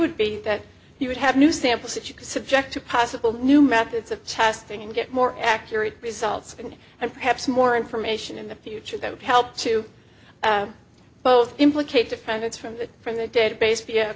would be that you would have new samples that you could subject to possible new methods of testing and get more accurate results and perhaps more information in the future that would help to both implicate defendants from from the database